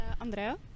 Andrea